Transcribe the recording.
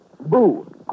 Boo